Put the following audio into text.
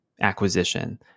acquisition